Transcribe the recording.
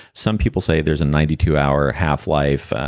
some people say there's a ninety two hour half-life.